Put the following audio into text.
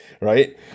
right